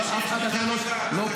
אף אחד אחר לא פרשן.